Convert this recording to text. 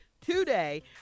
today